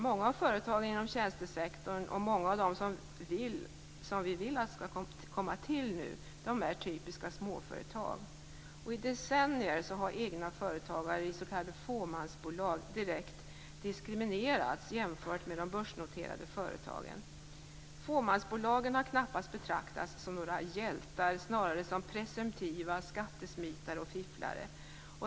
Många av företagen inom tjänstesektorn - och många av dem som vi vill skall tillkomma - är typiska småföretag. I decennier har egna företagare i s.k. fåmansbolag direkt diskriminerats jämfört med de börsnoterade företagen. Fåmansbolagen har knappast betraktats som några "hjältar", snarare som presumtiva "skattesmitare och fifflare".